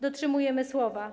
Dotrzymujemy słowa.